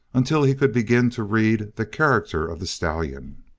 until he could begin to read the character of the stallion.